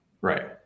Right